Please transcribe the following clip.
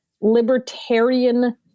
libertarian